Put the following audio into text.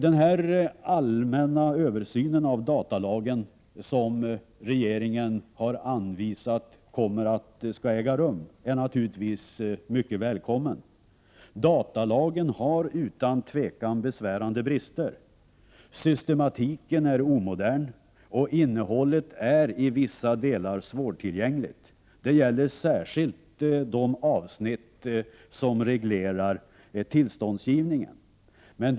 Den allmänna översyn av datalagen som regeringen har aviserat skall äga rum är naturligtvis mycket välkommen. Datalagen har utan tvivel besvärande brister. Systematiken är omodern och innehållet i vissa delar svårtillgängligt. Det gäller särskilt de avsnitt som reglerar tillståndsgivningen.